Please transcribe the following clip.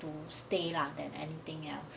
to stay lah than anything else